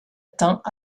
teints